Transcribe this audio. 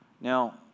Now